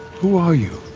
who are you?